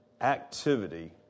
activity